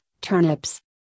turnips